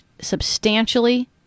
substantially